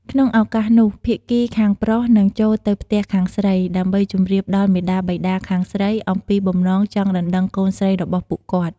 ក្នុងឱកាសនោះ ភាគីខាងប្រុសនឹងចូលទៅផ្ទះខាងស្រី ដើម្បីជម្រាបដល់មាតាបិតាខាងស្រីអំពីបំណងចង់ដណ្ដឹងកូនស្រីរបស់ពួកគាត់។